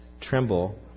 Tremble